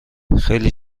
خیلی